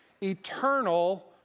eternal